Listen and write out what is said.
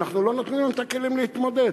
ואנחנו לא נותנים להם את הכלים להתמודד.